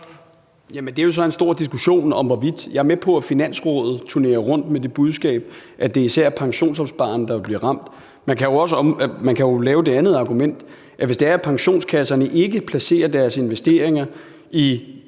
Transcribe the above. jo så en stor diskussion. Jeg er med på, at Finansrådet turnerer rundt med det budskab, at det især er pensionsopspareren, der vil blive ramt. Man kan jo omvendt også have som argument, at hvis pensionskasserne ikke placerer deres investeringer i